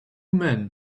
men